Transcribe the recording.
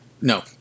no